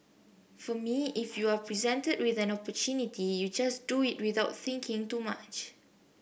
for me if you are presented with an opportunity you just do it without thinking too much